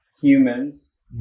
humans